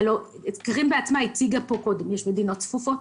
הרי קרין בעצמה אמרה קודם שיש מדינות צפופות,